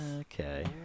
Okay